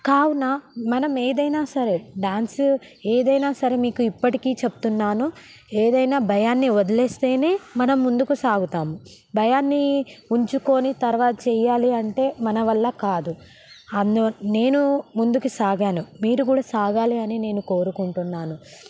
కావున మనం ఏదైనా సరే డ్యాన్స్ ఏదైనా సరే మీకు ఇప్పటికీ చెప్తున్నాను ఏదైనా భయాన్ని వదిలేస్తేనే మనం ముందుకు సాగుతాము భయాన్ని ఉంచుకొని తర్వాత చేయాలి అంటే మన వల్ల కాదు అందువ నేను ముందుకు సాగాను మీరు కూడా సాగాలి అని నేను కోరుకుంటున్నాను